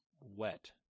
wet